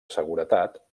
seguretat